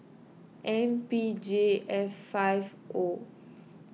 M P J F five O